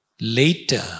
Later